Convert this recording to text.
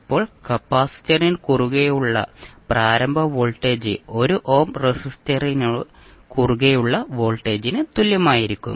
ഇപ്പോൾ കപ്പാസിറ്ററിന് കുറുകെയുള്ള പ്രാരംഭ വോൾട്ടേജ് 1 ഓം റെസിസ്റ്ററിന് കുറുകെയുള്ള വോൾട്ടേജിന് തുല്യമായിരിക്കും